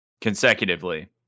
consecutively